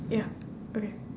ya okay